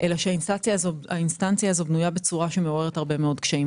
אלא שהאינסטנציה הזאת בנויה בצורה שמעוררת הרבה מאוד קשיים.